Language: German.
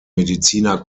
mediziner